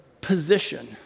position